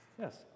Yes